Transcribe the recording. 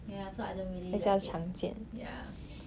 ya so I don't really like it ya